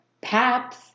PAPS